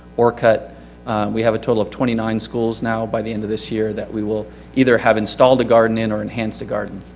ore cut we have a total of twenty nine schools now by the end of this year that we will either have installed a garden in or enhanced a garden.